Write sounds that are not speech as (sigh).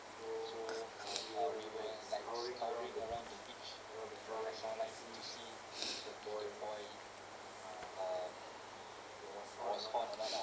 (breath) (breath) (breath)